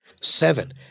Seven